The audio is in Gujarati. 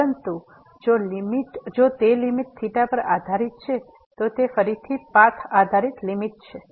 પરંતુ જો તે લીમીટ થીટા પર આધારીત છે તો તે ફરીથી પાથ આધારિત લીમીટ છે